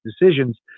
decisions